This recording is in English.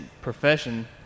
profession